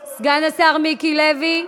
לוי,